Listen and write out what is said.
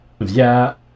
via